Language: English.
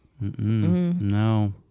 No